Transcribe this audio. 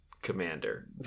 commander